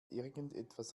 irgendetwas